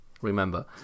Remember